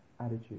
attitude